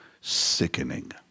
sickening